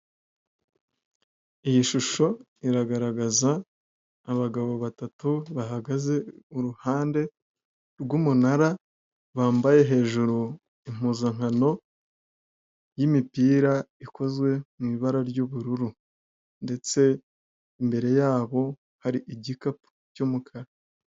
Iyi shusho iragaragaza abagabo batatu bahagaze iruhande rwumunara bambaye hejuru impuzankano yimipira ikozwe mu ibara ry'ubururu ndetse imbere yabo hari igikapu cy’ umukara.